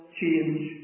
change